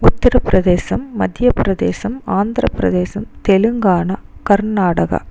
Uttar Pradesh Madhya Pradesh Andhra Pradesh Telangana Karnataka